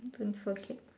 don't forget